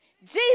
Jesus